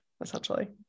essentially